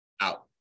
out